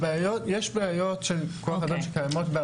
יש בעיות של כוח אדם שקיימות.